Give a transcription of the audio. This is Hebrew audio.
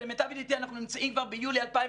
ולמיטב ידיעתי אנחנו נמצאים כבר ביולי 2020